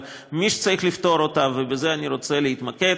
אבל מי שצריך לפתור אותה, ובזה אני רוצה להתמקד,